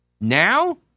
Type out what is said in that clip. now